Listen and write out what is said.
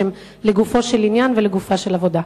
שהם לגופו של עניין ולגופה של עבודה.